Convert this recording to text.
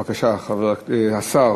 בבקשה, השר